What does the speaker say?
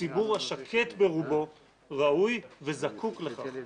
הציבור השקט ברובו ראוי וזקוק לכך.